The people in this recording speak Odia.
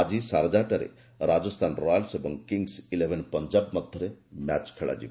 ଆଜି ସାରଜାଠାରେ ରାଜସ୍ଥାନ ରୟାଲ୍ ଏବଂ କିଙ୍ଗସ୍ ଇଲେଭେନ୍ ପଞ୍ଜାବ ମଧ୍ୟରେ ମ୍ୟାଚ୍ ଖେଳାଯିବ